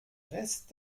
rest